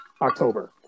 October